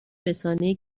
رسانهای